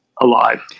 alive